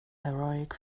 heroic